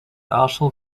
also